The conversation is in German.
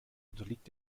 unterliegt